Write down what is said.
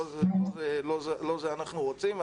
לא זה אנחנו רוצים.